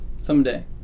someday